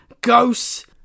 ghosts